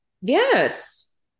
Yes